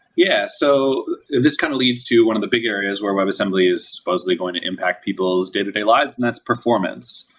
yeah. so this kind of lead to one of the big areas where webassembly is supposedly going to impact people's day-to-day lives, and that's performance.